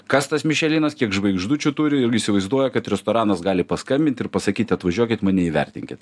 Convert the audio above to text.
kas tas mišelinas kiek žvaigždučių turi ir įsivaizduoja kad restoranas gali paskambint ir pasakyti atvažiuokit mane įvertinkit